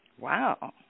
Wow